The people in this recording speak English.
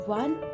one